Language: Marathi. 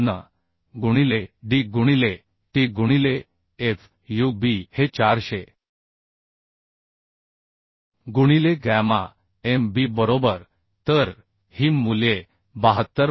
454 गुणिले d गुणिले t गुणिले f u b हे 400 गुणिले गॅमा m b बरोबर तर ही मूल्ये 72